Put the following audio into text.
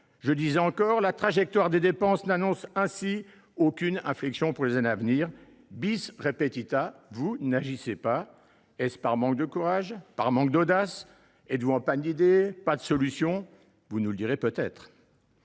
», ou encore :« La trajectoire des dépenses n’annonce ainsi aucune inflexion pour les années à venir »:. Vous n’agissez pas. Est ce par manque de courage ? Par manque d’audace ? Êtes vous en panne d’idées, en manque de solutions ? Vous nous le direz peut être…